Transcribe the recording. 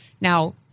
Now